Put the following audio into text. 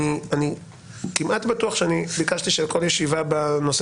אני כמעט בטוח שאני ביקשתי שלכל ישיבה בנושא